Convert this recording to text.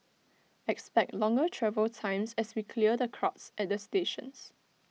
expect longer travel times as we clear the crowds at the stations